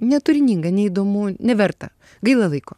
neturininga neįdomu neverta gaila laiko